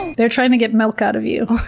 they're trying to get milk out of you.